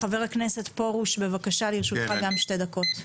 חבר הכנסת מאיר פורוש בבקש, לרשותך גם שתי דקות.